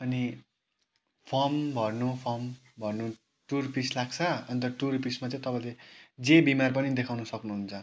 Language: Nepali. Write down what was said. अनि फर्म भर्नु फर्म भर्नु टू रुपिस लाग्छ अन्त टू रुपिसमा चाहिँ तपाईँले जे बिमार पनि देखाउनु सक्नुहुन्छ